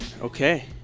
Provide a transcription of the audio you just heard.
okay